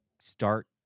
start